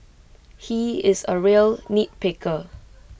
he is A real nitpicker